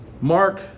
Mark